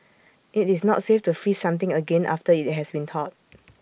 IT is not safe to freeze something again after IT has been thawed